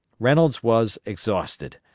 reynolds was exhausted,